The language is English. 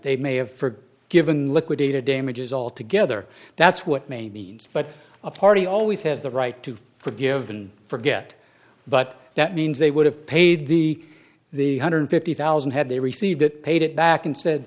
they may have for giving liquidated damages altogether that's what may means but a party always has the right to forgive and forget but that means they would have paid the the one hundred and fifty thousand had they received it paid it back and said